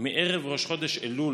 מערב ראש חודש אלול